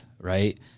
right